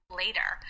later